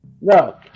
no